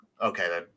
Okay